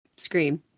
Scream